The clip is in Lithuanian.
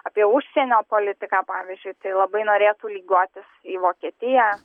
apie užsienio politiką pavyzdžiui tai labai norėtų lygiuotis į vokietiją